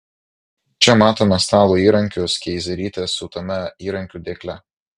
čia matome stalo įrankius keizerytės siūtame įrankių dėkle